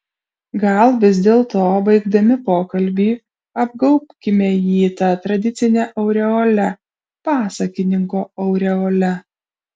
gal vis dėlto baigdami pokalbį apgaubkime jį ta tradicine aureole pasakininko aureole